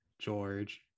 George